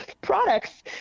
products